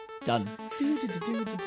Done